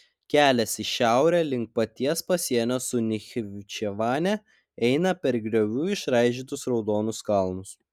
kelias į šiaurę link paties pasienio su nachičevane eina per griovų išraižytus raudonus kalnus